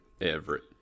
Everett